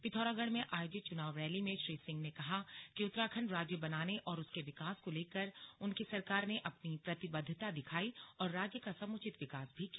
पिथौरागढ़ में आयोजित चुनाव रैली में श्री सिंह ने कहा कि उत्तराखंड राज्य बनाने और उसके विकास को लेकर उनकी सरकार ने अपनी प्रतिबद्वता दिखाई और राज्य का समुचित विकास भी किया